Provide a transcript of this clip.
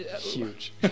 Huge